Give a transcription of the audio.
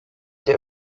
der